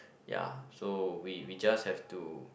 ya so we we just have to